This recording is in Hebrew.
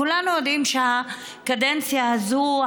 כולנו יודעים שבקדנציה הזו,